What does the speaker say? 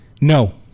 No